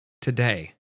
today